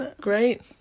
Great